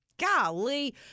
Golly